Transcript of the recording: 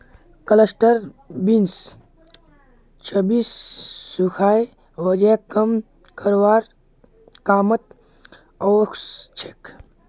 cluster beans चर्बीक सुखाए वजन कम करवार कामत ओसछेक